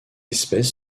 espèce